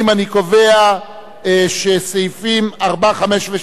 אני קובע שסעיפים 4, 5 ו-6